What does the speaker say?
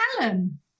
Alan